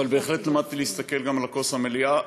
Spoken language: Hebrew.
אבל בהחלט למדתי להסתכל גם על מחצית הכוס המלאה.